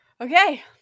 Okay